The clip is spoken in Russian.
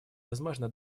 возможно